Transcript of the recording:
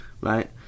Right